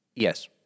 Yes